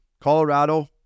Colorado